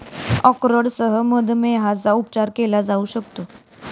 अक्रोडसह मधुमेहाचा उपचार केला जाऊ शकतो